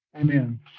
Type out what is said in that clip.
Amen